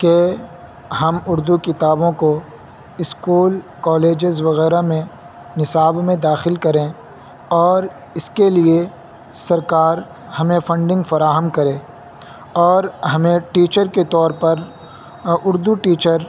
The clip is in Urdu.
کہ ہم اردو کتابوں کو اسکول کالجز وغیرہ میں نصاب میں داخل کریں اور اس کے لیے سرکار ہمیں فنڈنگ فراہم کرے اور ہمیں ٹیچر کے طور پر اردو ٹیچر